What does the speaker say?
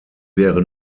wäre